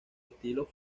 estilo